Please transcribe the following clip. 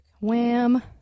Wham